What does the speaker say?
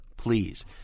Please